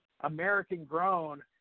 American-grown